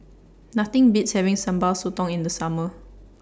Nothing Beats having Sambal Sotong in The Summer